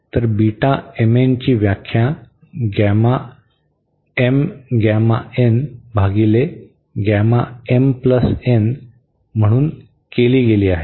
तर beta m n ची व्याख्या गॅमा एम गॅमा n भागिले गॅमा m प्लस n म्हणून केली गेली आहे